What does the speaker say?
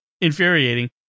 infuriating